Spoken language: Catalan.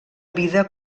vida